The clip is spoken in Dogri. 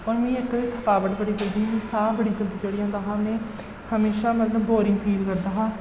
पर मी इक ते थकावट बड़ी जल्दी साह् बड़ी जल्दी चढ़ी जंदा हा में हमेशा मतलब बोरिंग फील करदा हा